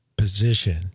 Position